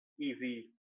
easy